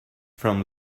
from